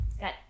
got